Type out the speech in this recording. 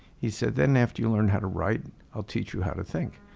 he said, then after you learn how to write i'll teach you how to think.